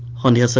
hundred so